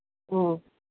ꯎꯝ